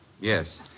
Yes